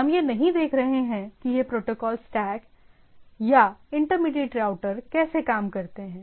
हम यह नहीं देख रहे हैं कि यह प्रोटोकोल स्टैक या इंटरमीडिएट राउटर कैसे काम करते हैं